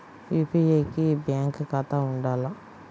UPI కి bank ఖాతా ఉండాల?